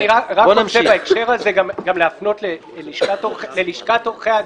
אני רק רוצה בהקשר הזה גם להפנות ללשכת עורכי הדין,